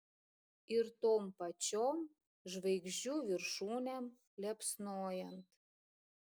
ir tom pačiom žvaigždžių viršūnėm liepsnojant